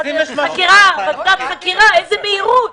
ועדת חקירה איזו מהירות.